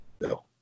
No